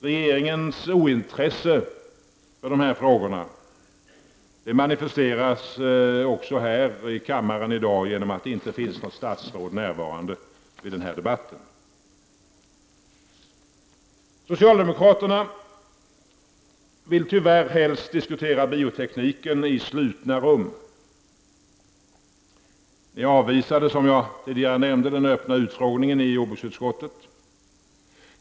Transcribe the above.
Regeringens ointresse för dessa frågor manifesteras också här i kammaren i dag genom att det inte finns något statsråd närvarande vid debatten. Socialdemokraterna vill tyvärr helst diskutera biotekniken i slutna rum. De avvisade, som jag tidigare nämnde, den öppna utfrågningen i jordbruksutskottet.